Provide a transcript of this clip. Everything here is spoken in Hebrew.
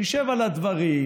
נשב על הדברים,